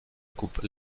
coupe